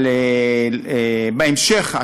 אבל בהמשך,